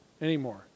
anymore